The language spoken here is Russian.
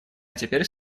теперь